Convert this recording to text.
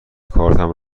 کارتم